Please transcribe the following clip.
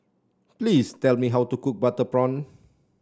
please tell me how to cook Butter Prawn